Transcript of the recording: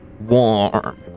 warm